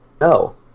No